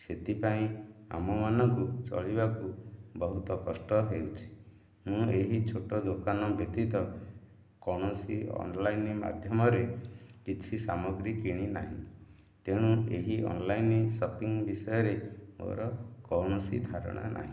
ସେଥିପାଇଁ ଆମମାନଙ୍କୁ ଚଳିବାକୁ ବହୁତ କଷ୍ଟ ହେଉଛି ମୁଁ ଏହି ଛୋଟ ଦୋକାନ ବ୍ୟତୀତ କୌଣସି ଅନଲାଇନ୍ ମାଧ୍ୟମରେ କିଛି ସାମଗ୍ରୀ କିଣି ନାହିଁ ଏଣୁ ଏହି ଅନଲାଇନ୍ ଶପିଂ ବିଷୟରେ ମୋର କୌଣସି ଧାରଣା ନାହିଁ